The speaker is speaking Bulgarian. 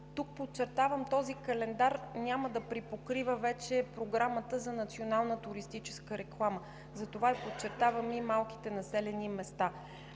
Тук подчертавам: този календар няма да припокрива вече Програмата за национална туристическа реклама, затова подчертавам и малките населени места.